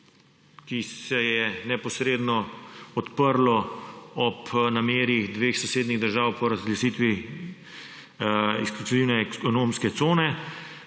ki se je neposredno odprlo ob nameri dveh sosednjih držav po razglasitvi izključne ekonomske cone,